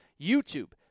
youtube